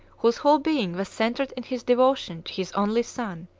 whose whole being was centred in his devotion to his only son,